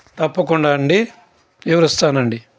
తప్పకుండా అండి వివరిస్తానండి